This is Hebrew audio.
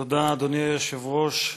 תודה, אדוני היושב-ראש.